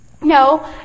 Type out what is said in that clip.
no